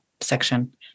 section